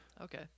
Okay